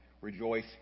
rejoice